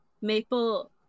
Maple